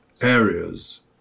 areas